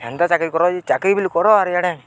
ହେନ୍ତା ଚାକିରି କର ଯେ ଚାକିରି ବିଲ୍ କର ଆର୍ ଇଆଡ଼େ